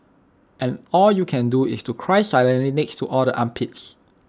and all you can do is to cry silently next to all the armpits